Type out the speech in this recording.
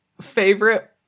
favorite